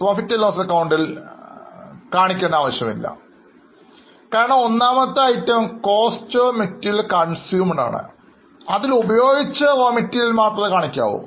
ഒരു raw material inventory ഓർമ്മയുണ്ടോ പക്ഷേ അത് ഇവിടെ കാണിക്കുന്നില്ല കാരണം നിങ്ങൾ ഐറ്റം നമ്പർ I ഒന്ന് ഓർക്കൂ അതിൽ ഉപയോഗിച്ച raw materials മാത്രമേ പരിഗണിക്കൂ